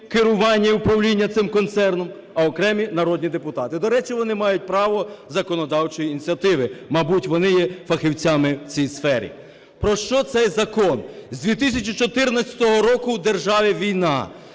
керування і управління цим концерном, а окремі народні депутати. До речі, вони мають право законодавчої ініціативи. Мабуть, вони є фахівцями в цій сфері. Про що цей закон? З 2014 року в державі війна.